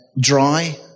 dry